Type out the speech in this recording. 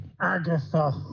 Agatha